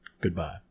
Goodbye